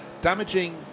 damaging